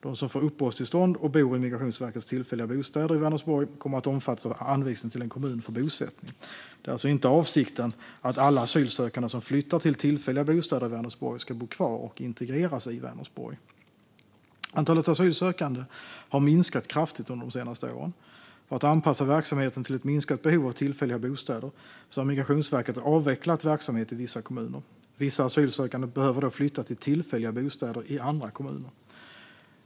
De som får uppehållstillstånd och bor i Migrationsverkets tillfälliga bostäder i Vänersborg kommer att omfattas av anvisning till en kommun för bosättning. Det är alltså inte avsikten att alla asylsökande som flyttar till tillfälliga bostäder i Vänersborg ska bo kvar och integreras i Vänersborg. Antalet asylsökande har minskat kraftigt under de senaste åren. För att anpassa verksamheten till ett minskat behov av tillfälliga bostäder har Migrationsverket avvecklat verksamhet i vissa kommuner. Vissa asylsökande behöver då flytta till tillfälliga bostäder i andra kommuner.